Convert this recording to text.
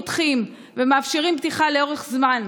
פותחים ומאפשרים פתיחה לאורך זמן,